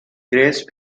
grace